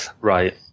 right